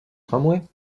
tramway